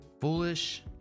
foolish